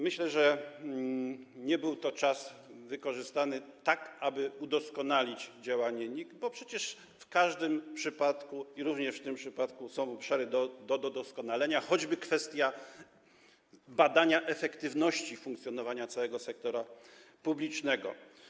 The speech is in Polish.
Myślę, że był to czas wykorzystany, aby udoskonalić działanie NIK, bo przecież w każdym przypadku, również w tym przypadku, są obszary do doskonalenia, choćby kwestia badania efektywności funkcjonowania całego sektora publicznego.